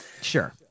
Sure